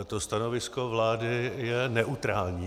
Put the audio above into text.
To stanovisko vlády je neutrální.